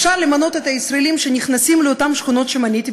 אפשר למנות את הישראלים שנכנסים לאותן שכונות שמניתי,